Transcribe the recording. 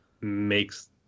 makes